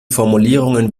formulierungen